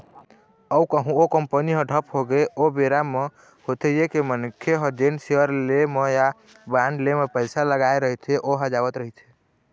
अउ कहूँ ओ कंपनी ह ठप होगे ओ बेरा म होथे ये के मनखे ह जेन सेयर ले म या बांड ले म पइसा लगाय रहिथे ओहा जावत रहिथे